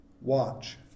Watch